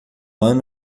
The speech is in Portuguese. ano